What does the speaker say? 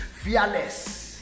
fearless